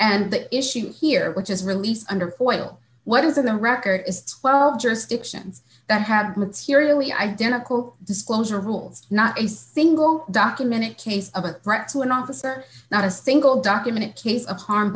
and the issue here which is released under foil what is in the record is twelve jurisdictions that had materially identical disclosure rules not a single documented case of a threat to an officer not a single documented case of harm